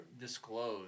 disclose